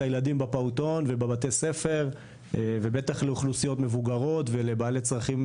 הילדים בפעוטון ובבתי הספר ובטח לאוכלוסיות מבוגרות ולבעלי צרכים,